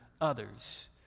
others